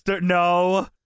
No